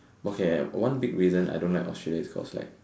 okay ah one big reason I don't like Australia is cause like